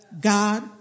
God